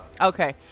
Okay